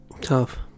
tough